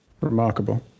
remarkable